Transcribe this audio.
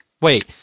Wait